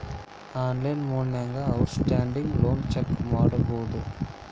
online ಮೊಡ್ನ್ಯಾಗ outstanding loan check ಮಾಡಬೋದು